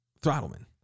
throttleman